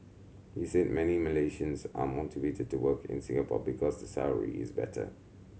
he said many Malaysians are motivated to work in Singapore because the salary is better